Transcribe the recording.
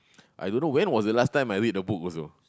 I don't know when was the last time I read a book also